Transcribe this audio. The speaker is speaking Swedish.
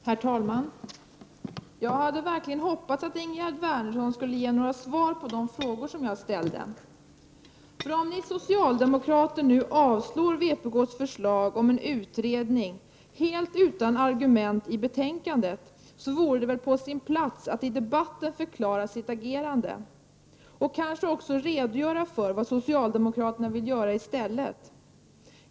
Herr talman! Jag hade verkligen hoppats att Ingegerd Wärnersson skulle ge svar på de frågor jag ställde. Om ni socialdemokrater nu — helt utan argumentering i betänkandet — avslår vpk:s förslag om en utredning vore det väl på sin plats att åtminstone i debatten förklara sitt agerande och kanske också redogöra för vad socialdemokraterna vill göra i stället.